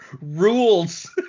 Rules